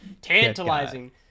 Tantalizing